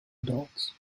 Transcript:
adults